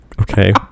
Okay